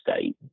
state